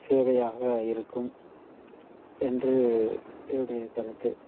சேவையாக இருக்கும் என்று என்னுடைய கருத்து